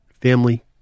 Family